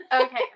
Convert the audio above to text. Okay